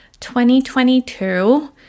2022